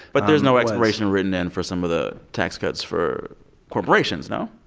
but there's no expiration written in for some of the tax cuts for corporations, no?